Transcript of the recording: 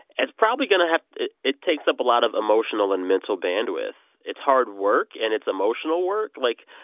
it's probably going to have it it takes up a lot of emotional and mental bandwidth. it's hard work, and it's emotional work. like,